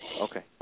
Okay